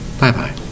Bye-bye